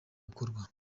bukorwa